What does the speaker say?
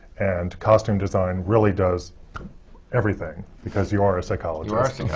and costume design really does everything, because you are a psychologist.